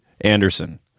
anderson